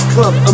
Club